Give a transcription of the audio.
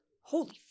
holy